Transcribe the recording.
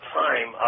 time